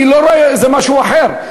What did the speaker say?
אני לא רואה איזה משהו אחר.